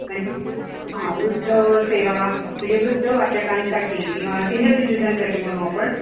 म्हणजे हां वृद्ध सेवा म्हजे वृद्ध वाचकांसाठी किंवा सिनियर सिटिझनसाठी म्हणू आपण